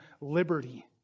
liberty